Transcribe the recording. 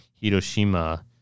Hiroshima